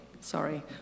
Sorry